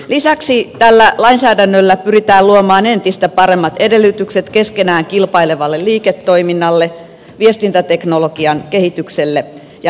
lisäksi tällä lainsäädännöllä pyritään luomaan entistä paremmat edellytykset keskenään kilpailevalle liiketoiminnalle viestintäteknologian kehitykselle ja innovaatioille